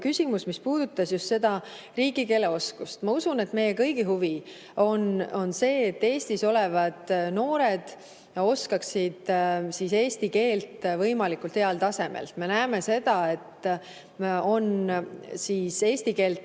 küsimus, mis puudutas just riigikeele oskust. Ma usun, et meie kõigi huvi on see, et Eestis olevad noored oskaksid eesti keelt võimalikult heal tasemel. Me näeme seda, et eesti keelt